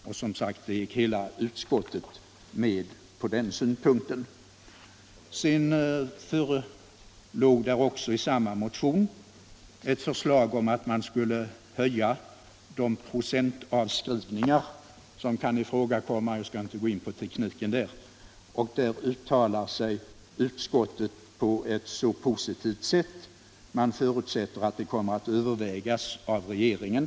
I samma motion förelåg ett förslag om att man skulle höja de pro centavskrivningar som kan ifrågakomma. Jag skall inte gå in på tekniken. Utskottet uttalar sig på ett positivt sätt. Man förutsätter att det kommer att övervägas av regeringen.